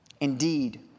Indeed